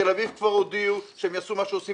תל אביב כבר הודיעו שהם יעשו מה שעושים